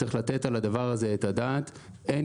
צריך לתת על הדבר הזה את הדעת אין